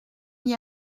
n’y